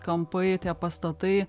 kampai tie pastatai